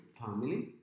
family